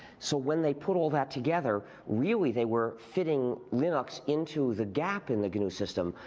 so when they put all that together really they were fitting linux into the gap in the gnu system.